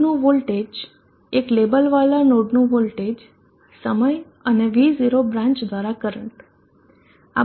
નોડનું વોલ્ટેજ એક લેબલવાળા નોડનું વોલ્ટેજ સમય અને V0 બ્રાંચ દ્વારા કરંટ